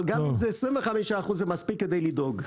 אבל אם זה 25 אחוז זה מספיק כדי לדאוג.